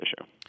issue